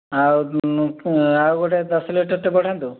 ଆଉ ଆଉ ଗୋଟେ ଦଶ ଲିଟର୍ଟେ ବଢ଼ାନ୍ତୁ